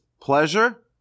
pleasure